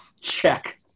check